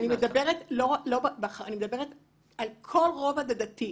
אני מדברת על כל הרובד הדתי.